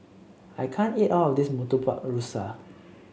I can't eat all of this Murtabak Rusa